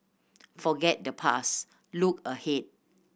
forget the past look ahead